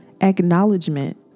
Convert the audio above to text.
acknowledgement